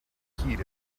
heed